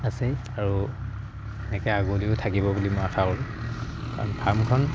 আছে আৰু এনেকে আগলৈও থাকিব বুলি মই আশা হ'ল কাৰণ ফাৰ্মখন